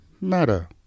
matter